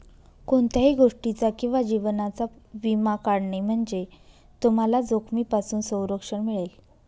कोणत्याही गोष्टीचा किंवा जीवनाचा विमा काढणे म्हणजे तुम्हाला जोखमीपासून संरक्षण मिळेल